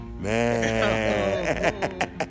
man